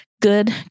good